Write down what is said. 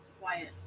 quiet